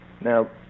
Now